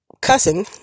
cussing